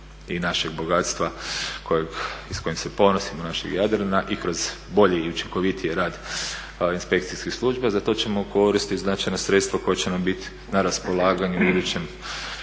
i našeg bogatstva s kojim se ponosimo našeg Jadrana i kroz bolji i učinkovitiji rad inspekcijske službe. Za to ćemo koristiti značajna sredstva koja će nam biti na raspolaganju u idućem